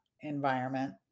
environment